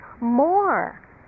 more